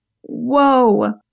whoa